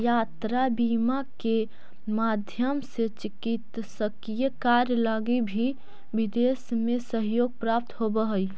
यात्रा बीमा के माध्यम से चिकित्सकीय कार्य लगी भी विदेश में सहयोग प्राप्त होवऽ हइ